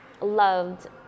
loved